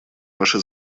ваше